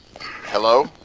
Hello